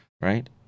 right